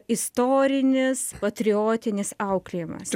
istorinis patriotinis auklėjimas